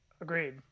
agreed